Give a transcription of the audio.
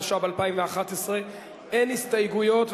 התשע"ב 2011. אין הסתייגויות,